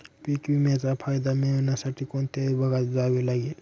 पीक विम्याचा फायदा मिळविण्यासाठी कोणत्या विभागात जावे लागते?